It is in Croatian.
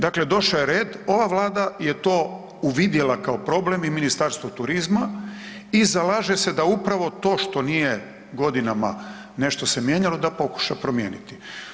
Dakle, došao je red ova Vlada je to uvidjela kao problem i Ministarstvo turizma i zalaže se da upravo to što nije godinama se nešto mijenjalo da pokuša promijeniti.